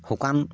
শুকান